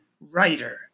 writer